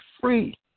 free